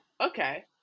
okay